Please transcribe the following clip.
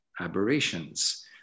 aberrations